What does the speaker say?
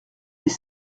des